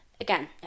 again